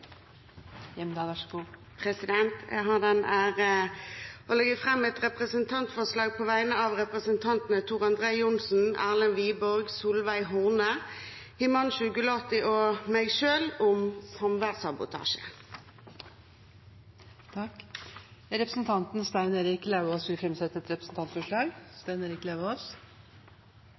Jeg har den ære å sette frem et representantforslag på vegne av representantene Tor André Johnsen, Erlend Wiborg, Solveig Horne, Himanshu Gulati og meg selv om samværssabotasje. Representanten Stein Erik Lauvås vil framsette et representantforslag.